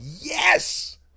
yes